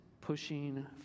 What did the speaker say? pushing